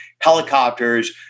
helicopters